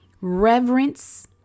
reverence